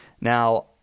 Now